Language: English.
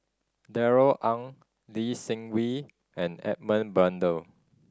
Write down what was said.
Darrell Ang Lee Seng Wee and Edmund Blundell